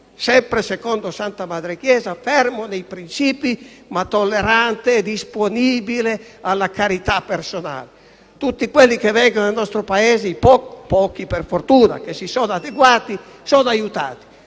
sempre secondo santa madre Chiesa, sono fermo nei principi ma tollerante, disponibile alla carità personale. Tutti quelli che vengono nel nostro Paese - pochi per fortuna - e che si sono adeguati sono aiutati: